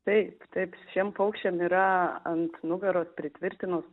taip taip šiem paukščiam yra ant nugaros pritvirtinus